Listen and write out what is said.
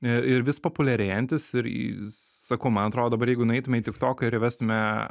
ir vis populiarėjantis ir sakau man atrodo dabar jeigu nueitume į kitą ir įvestume